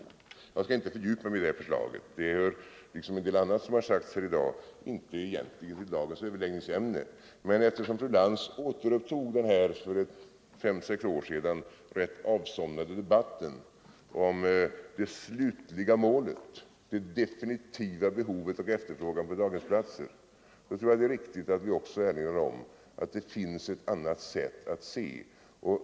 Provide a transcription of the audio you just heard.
Jag skall inte fördjupa mig i detta förslag. Det är — liksom en hel del annat som det talas om här i dag — egentligen inte dagens överläggningsämne. Men eftersom fru Lantz återupptog den för fem sex år sedan avsomnade debatten om det slutliga målet, det definitiva behovet av och efterfrågan på daghemsplatser, tror jag det är riktigt att också erinra om att det finns ett annat sätt att se.